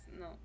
no